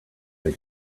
they